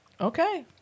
Okay